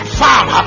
farm